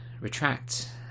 retract